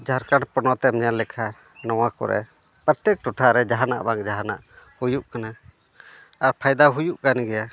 ᱡᱷᱟᱲᱠᱷᱚᱸᱰ ᱯᱚᱱᱚᱛᱮᱢ ᱧᱮᱞ ᱞᱮᱠᱷᱟᱱ ᱱᱚᱣᱟ ᱠᱚᱨᱮᱜ ᱯᱨᱚᱛᱮᱠ ᱴᱚᱴᱷᱟᱨᱮ ᱡᱟᱦᱟᱱᱟᱜ ᱵᱟᱝ ᱡᱟᱦᱟᱱᱟᱜ ᱦᱩᱭᱩᱜ ᱠᱟᱱᱟ ᱟᱨ ᱯᱷᱟᱭᱫᱟ ᱦᱩᱭᱩᱜ ᱠᱟᱱ ᱜᱮᱭᱟ